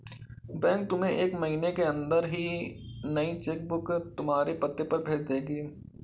bank तुम्हें एक महीने के अंदर ही नई चेक बुक तुम्हारे पते पर भेज देगी